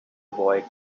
boy